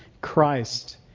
Christ